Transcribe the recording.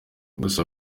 gusa